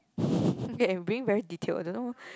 okay we're being very detailed I don't know